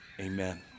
Amen